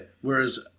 whereas